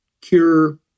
cure